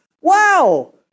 Wow